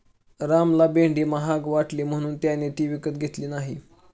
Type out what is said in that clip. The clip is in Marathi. रामला भेंडी महाग वाटली म्हणून त्याने ती विकत घेतली नाही